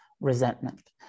resentment